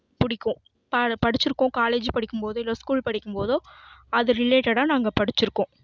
பிடிக்கும் பாடு படிச்சி இருக்கோம் காலேஜு படிக்கும்போதே இல்லை ஸ்கூல் படிக்கும்போதோ அது ரிலேட்டடாக நாங்கள் படிச்சி இருக்கோம்